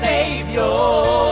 Savior